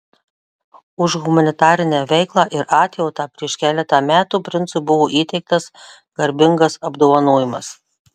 už humanitarinę veiklą ir atjautą prieš keletą metų princui buvo įteiktas garbingas apdovanojimas